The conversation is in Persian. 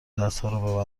دستهارو